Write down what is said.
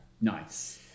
Nice